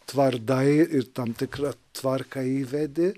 tvardai ir tam tikrą tvarką įvedi